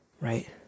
Right